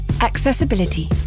Accessibility